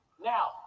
Now